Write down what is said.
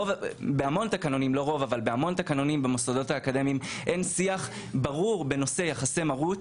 בהמון תקנונים במוסדות האקדמיים אין שיח ברור בנושא יחסי מרות